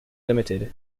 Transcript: limited